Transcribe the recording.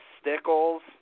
Stickles